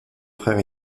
frère